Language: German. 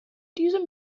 diesem